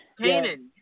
Kanan